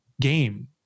game